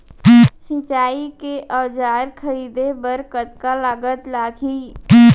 सिंचाई के औजार खरीदे बर कतका लागत लागही?